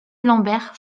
lambert